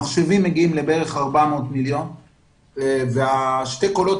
המחשבים מגיעים בערך ל-400 מיליון ושני הקולות